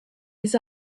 his